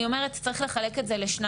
בסוף אז אני אומרת שצריך לחלק את זה לשתיים.